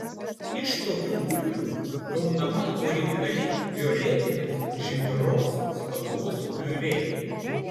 iš tokių bulvių gaunama originali violetinės žydros spalvos piurė